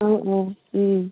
অঁ অঁ